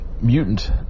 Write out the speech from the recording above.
mutant